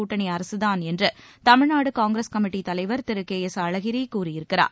கூட்டணி அரசுதான் என்று தமிழ்நாடு காங்கிரஸ் கமிட்டித் தலைவர் திரு கே எஸ் அழகிரி கூறியிருக்கிறார்